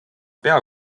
pea